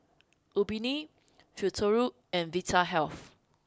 Obimin Futuro and Vitahealth